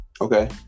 Okay